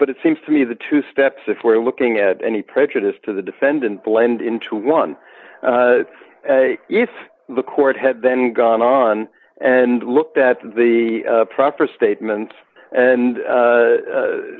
but it seems to me the two steps if we're looking at any prejudice to the defendant blend into one if the court had then gone on and looked at the proffer statements and